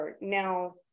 Now